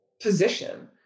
position